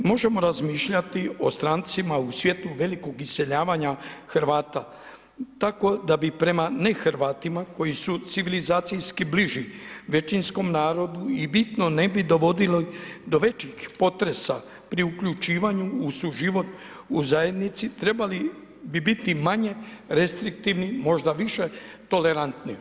Možemo razmišljati o strancima u svjetlu velikog iseljavanja Hrvata, tako da bi prema nehrvatima koji su civilizacijski bliži većinskom narodu i bitno ne bi dovodili do većih potresa pri uključivanju u suživot u zajednici, trebali bi biti manje restriktivni, možda više tolerantni.